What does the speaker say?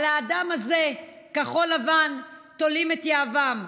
על האדם הזה כחול לבן תולים את יהבם.